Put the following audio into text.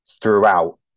throughout